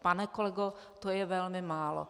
Pane kolego, to je velmi málo!